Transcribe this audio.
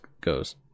goes